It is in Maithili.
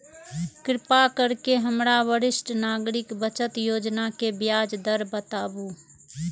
कृपा करके हमरा वरिष्ठ नागरिक बचत योजना के ब्याज दर बताबू